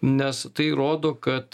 nes tai rodo kad